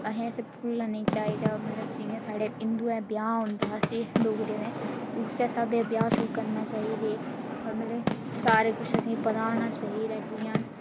असें इसी भुल्लना निं चाहिदा मतलब जि'यां साढ़े हिंदुएं दा ब्याह होंदा असें डोगरे उस्सै स्हाबै ब्याह श्याह् करना चाहिदे मतलब सारा किश असेंगी पता होना चाहिदा जि'यां